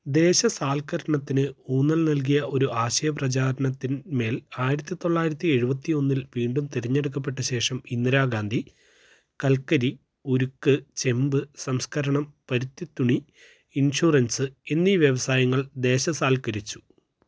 ദേശസാല്കരണത്തിന് ഊന്നൽ നൽകിയ ഒരു ആശയപ്രചാരണത്തിന്മേല് ആയിരത്തി തൊള്ളായിരത്തി എഴുപത്തി ഒന്നിൽ വീണ്ടും തിരഞ്ഞെടുക്കപ്പെട്ട ശേഷം ഇന്ദിരാഗാന്ധി കൽക്കരി ഉരുക്ക് ചെമ്പ് സംസ്കരണം പരുത്തി തുണി ഇൻഷുറൻസ് എന്നീ വ്യവസായങ്ങൾ ദേശസാൽക്കരിച്ചു